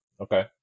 Okay